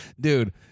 Dude